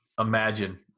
imagine